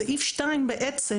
בסעיף 2 בעצם,